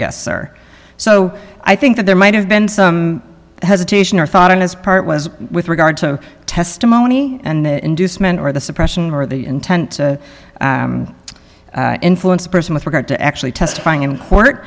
yes sir so i think that there might have been some hesitation or thought on his part was with regard to testimony and inducement or the suppression or the intent influence the person with regard to actually testifying in court